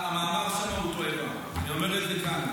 המאמר שם הוא תועבה, אני אומר את זה כאן.